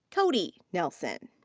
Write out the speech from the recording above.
cody nelson.